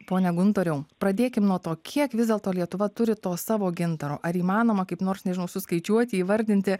pone guntoriau pradėkim nuo to kiek vis dėlto lietuva turi to savo gintaro ar įmanoma kaip nors nežinau suskaičiuoti įvardinti